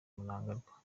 mnangagwa